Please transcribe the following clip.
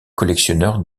collectionneur